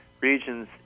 regions